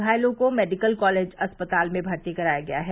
घायलों को medical college अस्पताल में भर्ती कराया गया है